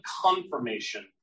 confirmation